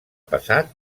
passat